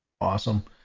Awesome